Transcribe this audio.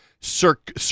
circ